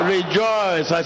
Rejoice